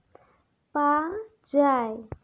ᱯᱟᱧᱡᱟᱭ